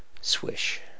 Swish